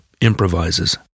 improvises